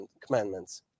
commandments